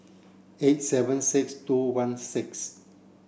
eight seven six two one six